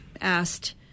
asked